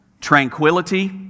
tranquility